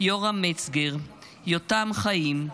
יורם מצגר, יותם חיים,